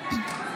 אינה